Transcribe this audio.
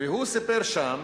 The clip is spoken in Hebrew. והוא סיפר שם